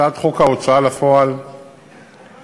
הצעת חוק ההוצאה לפועל (תיקון